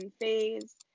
phase